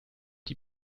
die